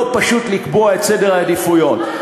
לא פשוט לקבוע את סדר העדיפויות.